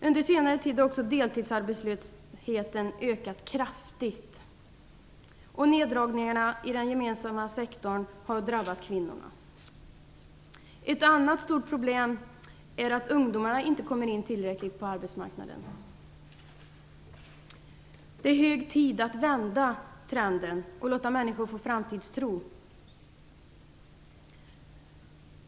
Under senare tid har också deltidsarbetslösheten ökat kraftigt, och neddragningarna i den gemensamma sektorn har drabbat kvinnorna. Ett annat stort problem är att ungdomar inte i tillräckligt hög grad kommer in på arbetsmarknaden. Det är hög tid att vända trenden och låta människor få framtidstro.